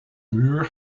muur